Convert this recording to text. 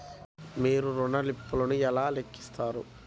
మీరు ఋణ ల్లింపులను ఎలా లెక్కిస్తారు?